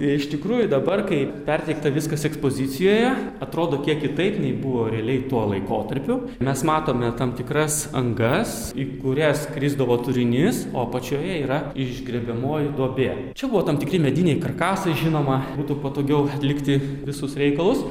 iš tikrųjų dabar kai perteikta viskas ekspozicijoje atrodo kiek kitaip nei buvo realiai tuo laikotarpiu mes matome tam tikras angas į kurias krisdavo turinys o apačioje yra išgriebiamoji duobė čia buvo tam tikri mediniai karkasai žinoma būtų patogiau atlikti visus reikalus